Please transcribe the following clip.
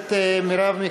הכנסת מרב מיכאלי?